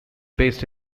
based